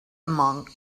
among